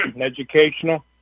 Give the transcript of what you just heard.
educational